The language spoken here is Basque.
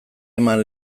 eman